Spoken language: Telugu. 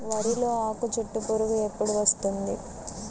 వరిలో ఆకుచుట్టు పురుగు ఎప్పుడు వస్తుంది?